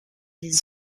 les